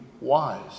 wise